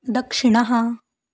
दक्षिणः